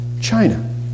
China